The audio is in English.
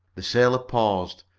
the sailor paused,